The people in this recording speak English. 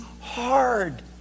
hard